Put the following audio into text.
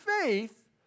faith